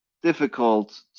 difficult